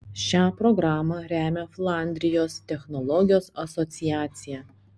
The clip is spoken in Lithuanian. šią programą remia flandrijos technologijos asociacija